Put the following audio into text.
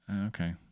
Okay